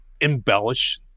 embellish